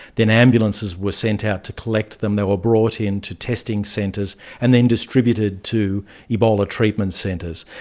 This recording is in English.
then ambulances were sent out to collect them, they were brought in to testing centres and then distributed to ebola treatment centres.